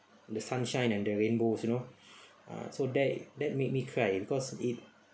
the sunshine and the rainbows you know uh so that that made me cry because it